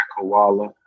koala